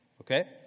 Okay